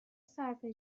صرفه